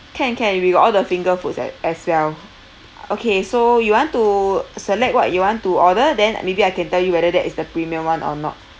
can can we got all the finger foods at as well okay so you want to select what you want to order then maybe I can tell you whether that is the premium [one] or not